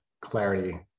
clarity